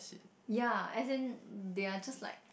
ya as in they are just like